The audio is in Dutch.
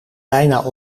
bijna